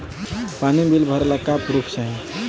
पानी बिल भरे ला का पुर्फ चाई?